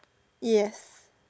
yes